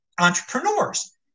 entrepreneurs